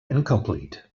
incomplete